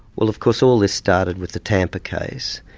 well of course all this started with the tampa case,